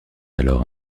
alors